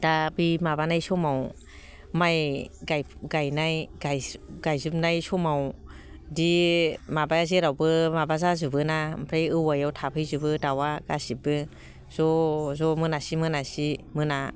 दा बे माबानाय समाव माइ गायनाय गायजोबनाय समाव बिदि माबाया जेरावबो माबा जाजोबोना ओमफ्राय औवायाव थाफैजोबो दाउआ गासैबो ज' ज' मोनासि मोनासि मोना